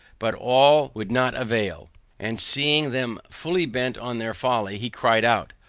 but all would not avail and seeing them fully bent on their folly, he cried out,